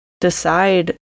decide